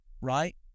right